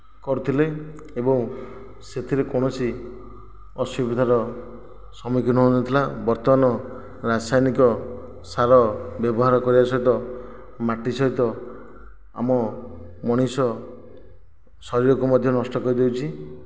କରୁଥିଲେ ଏବଂ ସେଥିରେ କୌଣସି ଅସୁବିଧାର ସମ୍ମୁଖୀନ ହେଉନଥିଲା ବର୍ତ୍ତମାନ ରାସାୟନିକ ସାର ବ୍ୟବହାର କରିବା ସହିତ ମାଟି ସହିତ ଆମ ମଣିଷ ଶରୀରକୁ ମଧ୍ୟ ନଷ୍ଟ କରି ଦେଉଛି